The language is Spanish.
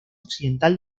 occidental